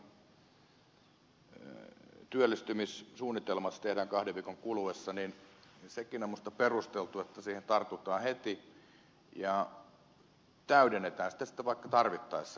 edelleenkin tämä työllistymissuunnitelma tehdään kahden viikon kuluessa ja sekin on minusta perusteltua että siihen tartutaan heti ja täydennetään sitä sitten vaikka tarvittaessa